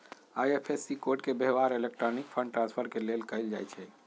IFSC code के व्यव्हार electronic fund transfer के लेल कएल जाइ छइ